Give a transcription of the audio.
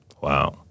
Wow